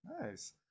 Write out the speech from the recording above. Nice